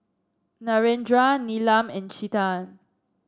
Narendra Neelam and Chetan